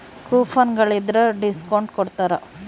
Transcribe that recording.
coupon ಗಳಿದ್ರ discount ಕೊಡ್ತಾರ